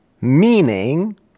Meaning